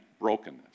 brokenness